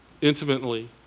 intimately